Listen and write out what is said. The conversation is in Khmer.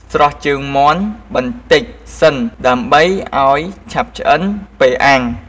ស្រុះជើងមាន់បន្តិចសិន ដើម្បីឱ្យឆាប់ឆ្អិនពេលអាំង។